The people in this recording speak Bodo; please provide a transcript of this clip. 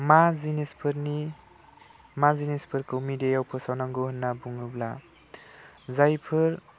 मा जिनिसफोरनि जिनिसफोरखौ मेडियाआव फोसावनांगौ होनना बुङोब्ला जायफोर